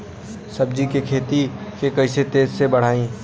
सब्जी के खेती के कइसे तेजी से बढ़ाई?